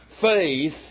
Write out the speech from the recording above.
faith